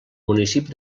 municipi